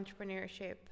entrepreneurship